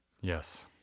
Yes